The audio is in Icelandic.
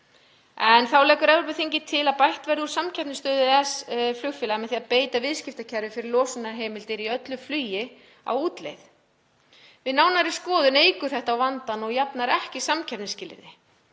Þá leggur Evrópuþingið til að bætt verði úr samkeppnisstöðu EES-flugfélaga með því að beita viðskiptakerfi fyrir losunarheimildir í öllu flugi á útleið. Við nánari skoðun eykur þetta á vandann og jafnar ekki samkeppnisskilyrði.